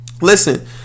Listen